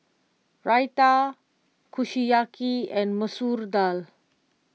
Raita Kushiyaki and Masoor Dal